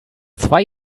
zwei